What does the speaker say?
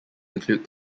include